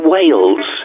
Wales